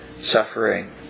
suffering